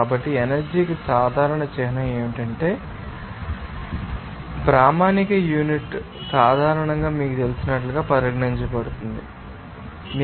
కాబట్టి ఎనర్జీ కి సాధారణ చిహ్నం ఏమిటంటే అతను మరియు ప్రామాణిక యూనిట్ సాధారణంగా మీకు తెలిసినట్లుగా పరిగణించబడుతుందని మీకు తెలుసు అక్కడజౌల్ చేయండి